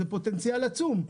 זה פוטנציאל עצום,